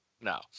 no